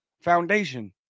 foundation